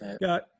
Got